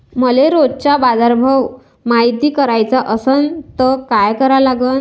मले रोजचा बाजारभव मायती कराचा असन त काय करा लागन?